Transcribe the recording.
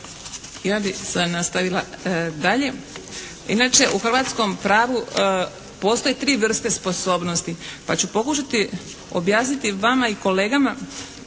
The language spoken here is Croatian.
Ja bih sad nastavila dalje. Inače, u hrvatskom pravu postoje tri vrste sposobnosti, pa ću pokušati objasniti vama i kolegama